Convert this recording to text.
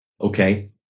Okay